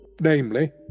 namely